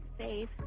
safe